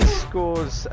scores